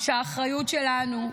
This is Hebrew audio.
ואני אומר שהאחריות שלנו,